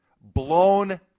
Blown